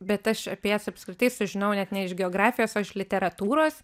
bet aš apie jas apskritai sužinojau net ne iš geografijos o iš literatūros